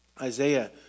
Isaiah